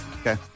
Okay